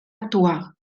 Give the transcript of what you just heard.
actuar